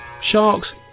Sharks